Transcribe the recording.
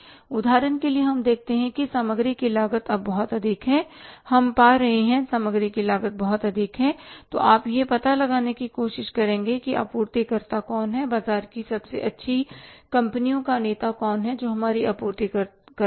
उदाहरण के लिए हम देखते हैं कि सामग्री की लागत अब बहुत अधिक है हम पा रहे हैं कि सामग्री की लागत बहुत अधिक है तो आप यह पता लगाने की कोशिश करेंगे कि आपूर्ति कर्ता कौन हैं या बाजार की सबसे अच्छी कंपनियां का नेता कौन है जो हमारे आपूर्ति कर्ता हैं